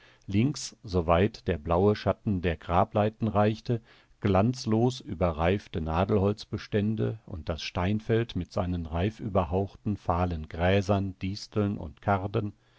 links soweit der blaue schatten der grableiten reichte glanzlos überreifte nadelholzbestände und das steinfeld mit seinen reifüberhauchten fahlen gräsern disteln und karden